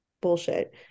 bullshit